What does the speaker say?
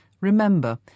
Remember